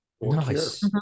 nice